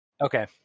Okay